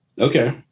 Okay